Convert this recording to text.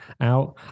out